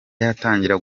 yatangira